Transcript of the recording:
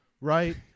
right